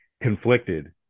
conflicted